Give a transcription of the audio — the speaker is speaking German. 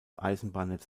eisenbahnnetz